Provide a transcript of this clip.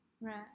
Right